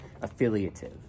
affiliative